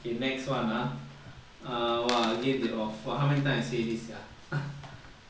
okay next [one] ah err !wah! again they off !wah! how many times I say this sia